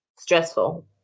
stressful